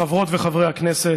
חברות וחברי הכנסת,